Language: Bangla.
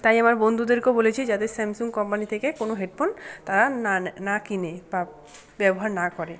তাই আমার বন্ধুদেরকেও বলেছি যাতে স্যামসুং কোম্পানি থেকে কোনও হেডফোন তারা না নেয় না কেনে বা ব্যবহার না করে